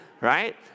right